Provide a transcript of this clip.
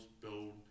build